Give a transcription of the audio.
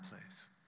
place